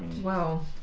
Wow